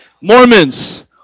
Mormons